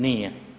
Nije.